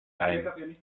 ein